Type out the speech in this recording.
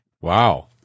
Wow